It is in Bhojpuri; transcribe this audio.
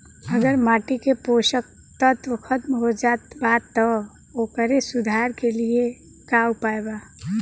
अगर माटी के पोषक तत्व खत्म हो जात बा त ओकरे सुधार के लिए का उपाय बा?